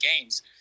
games